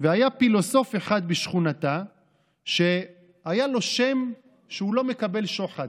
והיה פילוסוף אחד בשכונתה שהיה לו שם שהוא לא מקבל שוחד.